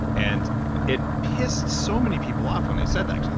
and it pissed so many people off when i said that.